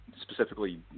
specifically